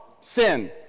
Sin